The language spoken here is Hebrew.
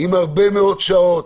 עם הרבה מאוד שעות,